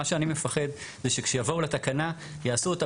מה שאני מפחד זה שכשיבואו לתקנה יעשו אותה